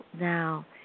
now